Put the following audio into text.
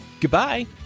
Goodbye